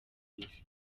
isi